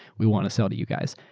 we want to sell to you guys.